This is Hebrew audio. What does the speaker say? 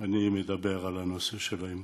אני מדבר על הנושא של האימוץ.